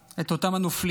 את אותם הנופלים.